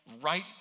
right